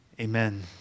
Amen